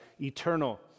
eternal